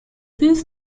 this